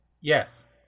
yes